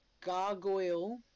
Gargoyle